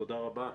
תודה רבה.